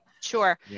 sure